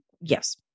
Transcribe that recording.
Yes